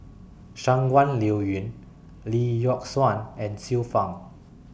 Shangguan Liuyun Lee Yock Suan and Xiu Fang